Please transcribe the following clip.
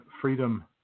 freedom